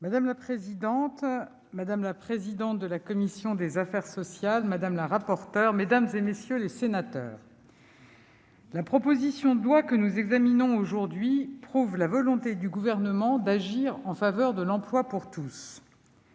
Madame la présidente, madame la présidente de la commission des affaires sociales, madame la rapporteure, mesdames, messieurs les sénateurs, la proposition de loi que nous examinons aujourd'hui témoigne de la volonté du Gouvernement d'agir en faveur de l'emploi pour tous.